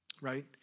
right